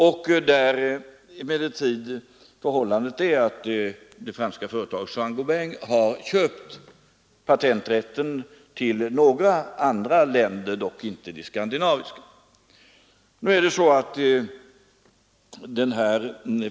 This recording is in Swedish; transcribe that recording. Förhållandet är emellertid det att det franska företaget Saint-Gobain har köpt patenträtten för några länder, dock inte de skandinaviska.